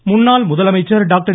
R முன்னாள் முதலமைச்சர் doctor